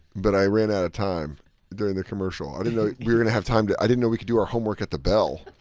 but i ran outta time during the commercial. i didn't know we were gonna have time to i didn't know we could do our homework at the bell.